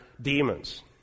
demons